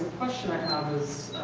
question i have is,